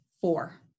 four